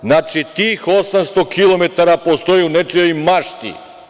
Znači, tih 800 kilometara postoji u nečijoj mašti.